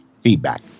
feedback